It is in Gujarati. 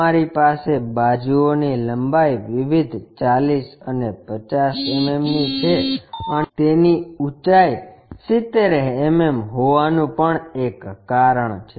તમારી પાસે બાજુઓની લંબાઈ વિવિધ 40 અને 50 mm ની છે અને તેની ઊંચાઈ 70 mm હોવાનું પણ એક કારણ છે